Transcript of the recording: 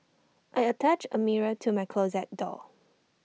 I attached A mirror to my closet door